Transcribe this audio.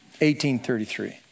1833